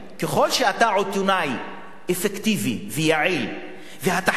ככל שאתה עיתונאי אפקטיבי ויעיל והתחקיר